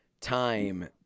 time